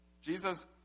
Jesus